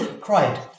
Cried